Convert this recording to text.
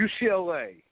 UCLA